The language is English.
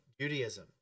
Judaism